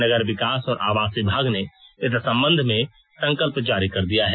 नगर विकास और आवास विभाग ने इस संबंध में संकल्प जारी कर दिया है